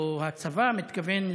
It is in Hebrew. או הצבא מתכוון,